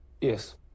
Yes